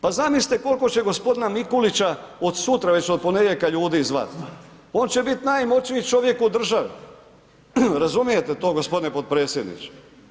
Pa zamislite koliko će g. Mikulića od sutra, već od ponedjeljka ljudi zvat, on će bit najmoćniji čovjek u državi, razumijete to g. potpredsjedniče?